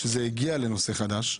כשזה הגיע לנושא חדש,